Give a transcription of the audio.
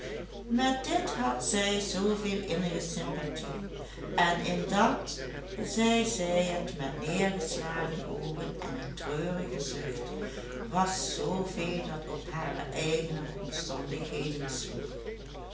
met dit had zij zooveel innige sympathie en in dat zij zei het met neergeslagen oogen en een treurigen zucht was zooveel dat op hare eigene omstandigheden sloeg